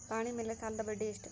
ಪಹಣಿ ಮೇಲೆ ಸಾಲದ ಬಡ್ಡಿ ಎಷ್ಟು?